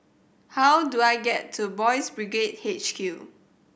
how do I get to Boys' Brigade H Q